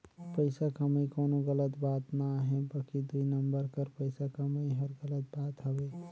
पइसा कमई कोनो गलत बात ना हे बकि दुई नंबर कर पइसा कमई हर गलत बात हवे